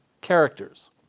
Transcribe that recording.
characters